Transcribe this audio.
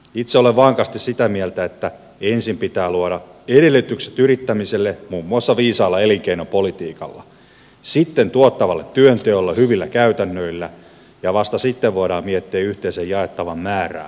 itse olen vankasti sitä mieltä että ensin pitää luoda edellytykset yrittämiselle muun muassa viisaalla elinkeinopolitiikalla sitten tuottavalle työnteolle hyvillä käytännöillä ja vasta sitten voidaan miettiä yhteisen jaettavan määrää ja kohteita